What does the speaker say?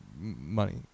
money